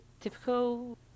typical